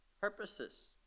purposes